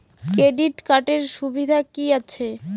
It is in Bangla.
ক্রেডিট কার্ডের সুবিধা কি আছে?